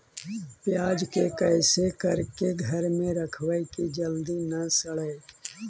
प्याज के कैसे करके घर में रखबै कि जल्दी न सड़ै?